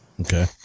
okay